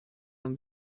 non